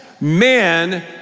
Man